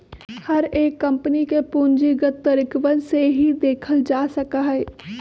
हर एक कम्पनी के पूंजीगत तरीकवन से ही देखल जा सका हई